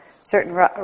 certain